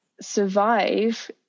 survive